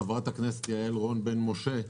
חברת הכנסת יעל רון בן משה,